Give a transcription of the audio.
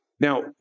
Now